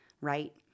right